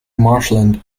marshland